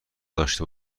داشته